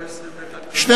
3 והוראת שעה),